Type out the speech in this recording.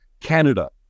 Canada